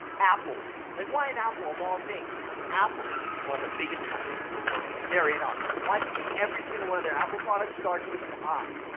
apples. like, why an apple of all things? because apple is one of the biggest companies in the world, and they're in on it! why do you think every single one of their apple products starts with an i?